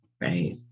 right